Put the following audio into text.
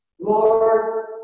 Lord